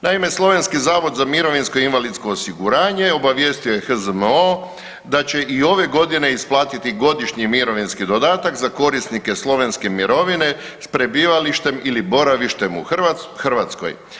Naime, Slovenski zavod za mirovinsko i invalidsko osiguranje obavijestio je HZMO da će i ove godine isplatiti godišnji mirovinski dodatak za korisnike slovenske mirovine s prebivalištem ili boravištem u Hrvatskoj.